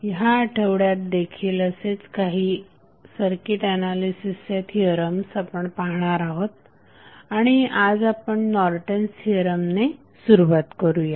ह्या आठवड्यातदेखील असेच काही सर्किट एनालिसिसचे थिअरम्स आपण पाहणार आहोत आणि आज आपण नॉर्टन्स थिअरम ने सुरुवात करुया